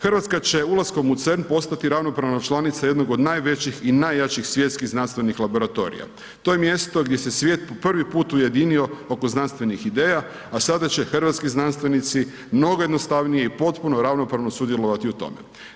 Hrvatska će ulaskom u CERN postati ravnopravna članica jednog od najvećih i najjačih svjetskih znanstvenih laboratorija, to je mjesto gdje se svijet po prvi put ujedinio oko znanstvenih ideja a sada će hrvatski znanstvenici mnogo jednostavnije i potpuno ravnopravno sudjelovati u tome.